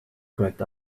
cracked